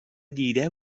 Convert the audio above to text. دیده